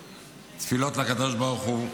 תפילות לקדוש ברוך הוא,